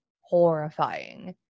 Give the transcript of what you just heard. horrifying